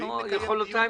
תגיד מה הן יכולותיי.